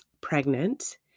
pregnant